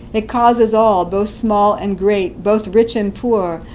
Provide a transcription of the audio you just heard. it causes all, both small and great, both rich and poor,